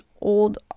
old